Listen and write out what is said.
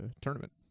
tournament